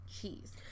cheese